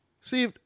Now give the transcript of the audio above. See